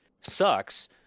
sucks